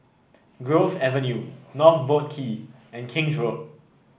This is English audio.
Grove Avenue North Boat Quay and King's Road